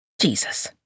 Jesus